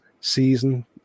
season